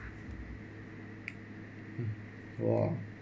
mm !wah!